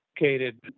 located